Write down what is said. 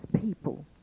people